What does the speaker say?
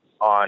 on